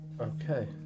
Okay